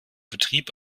betrieb